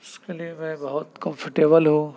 اس کے لیے میں بہت کمفرٹیبل ہوں